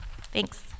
Thanks